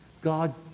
God